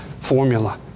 formula